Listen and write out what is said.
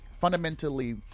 fundamentally